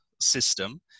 system